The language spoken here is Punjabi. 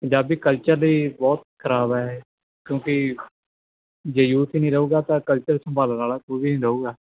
ਪੰਜਾਬੀ ਕਲਚਰ ਲਈ ਬਹੁਤ ਖ਼ਰਾਬ ਹੈ ਇਹ ਕਿਉਂਕਿ ਜੇ ਯੂਥ ਨਹੀਂ ਰਹੁਗਾ ਤਾਂ ਕਲਚਰ ਸੰਭਾਲਣ ਵਾਲਾ ਕੋਈ ਵੀ ਰਹੁਗਾ